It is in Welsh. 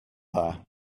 dda